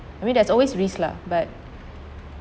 I mean there's always risk lah but